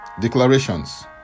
declarations